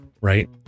right